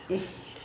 इस